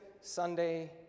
Sunday